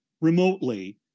remotely